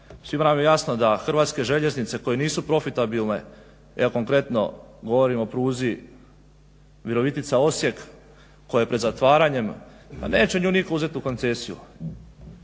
Svima nam je jasno da Hrvatske željeznice koje nisu profitabilne, ja konkretno govorim o pruzi Virovitica-Osijek koja je pred zatvaranjem, pa neće nju nitko uzeti u koncesiju,